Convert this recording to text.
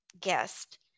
guest